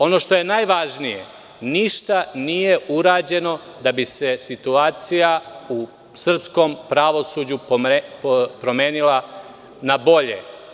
Ono što je najvažnije, ništa nije urađeno da bi se situacija u srpskom pravosuđu promenila na bolje.